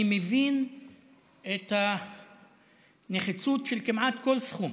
אני מבין את הנחיצות של כמעט כל סכום.